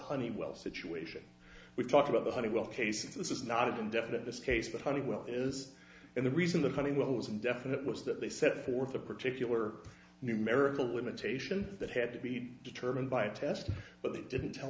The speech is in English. honeywell situation we talked about the honeywell cases this is not indefinite this case but honeywell is and the reason the honeywell was indefinite was that they set forth a particular numerical limitation that had to be determined by a test but they didn't tell